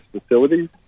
facilities